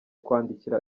kwandikira